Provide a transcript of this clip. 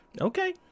Okay